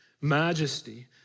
majesty